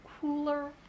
cooler